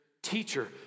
Teacher